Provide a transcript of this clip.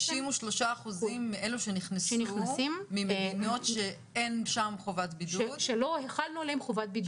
63% מאלו שנכנסו ממדינות שלא החלנו עליהן חובת בידוד,